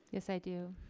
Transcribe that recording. yes, i do.